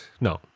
No